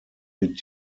mit